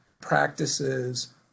practices